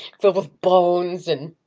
filled with bones and.